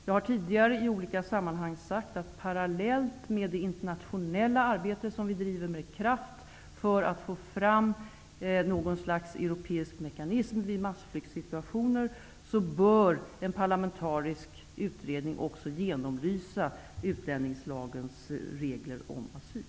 Jag har tidigare i olika sammanhang sagt att parallellt med det internationella arbete som vi med kraft bedriver för att få fram något slags europeisk mekanism vid massflyktssituationer bör en parlamentarisk utredning genomlysa utlänningslagens regler om asyl.